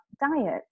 diet